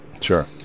Sure